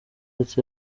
ati